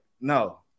no